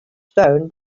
stone